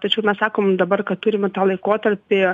tačiau mes sakom dabar kad turime tą laikotarpį